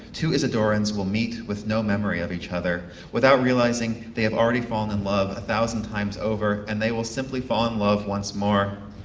two isidorians will meet with no memory of each other, without realising they have already fallen love a thousand times over, and they will simply fall in love once more.